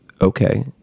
okay